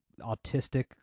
autistic